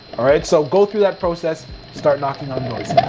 all right? so, go through that process, start knocking on doors.